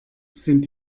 sind